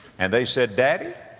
and they said, daddy,